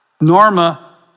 Norma